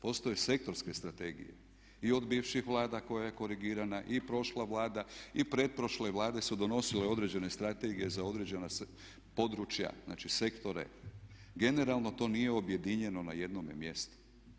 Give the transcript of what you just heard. Postoje sektorske strategije i od bivših Vlada koja je korigirana, i prošla Vlada i pretprošle Vlade su donosile određene strategije za određena područja, znači sektore, generalno to nije objedinjeno na jednome mjestu.